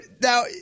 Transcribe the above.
now